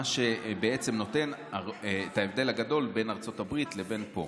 מה שבעצם נותן את ההבדל הגדול בין ארצות הברית לבין פה.